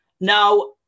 Now